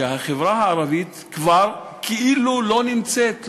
שהחברה הערבית כבר כאילו לא נמצאת,